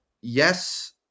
yes